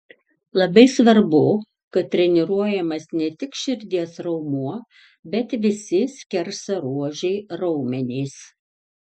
labai svarbu kad treniruojamas ne tik širdies raumuo bet visi skersaruožiai raumenys